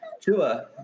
Tua